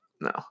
no